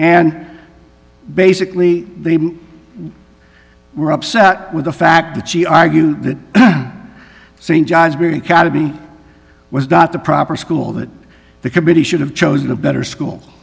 and basically they were upset with the fact that she argued that st john's was not the proper school that the committee should have chosen a better school